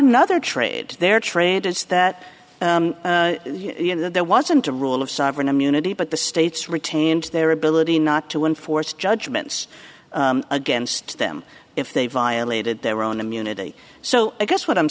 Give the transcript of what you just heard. another trade their trade is that there wasn't a rule of sovereign immunity but the states retained their ability not to enforce judgments against them if they violated their own immunity so i guess what i'm